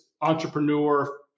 entrepreneur